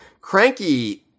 Cranky